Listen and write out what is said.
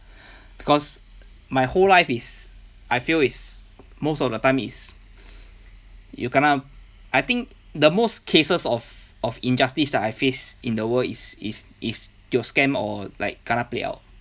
because my whole life is I feel is most of the time is you kena I think the most cases of of injustice that I face in the world is is if tio scam or like kena played out